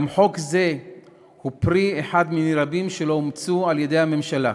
גם חוק זה הוא פרי אחד מני רבים שלא אומצו על-ידי הממשלה,